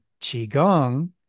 Qigong